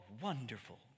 Wonderful